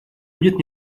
будет